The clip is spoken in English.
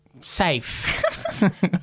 safe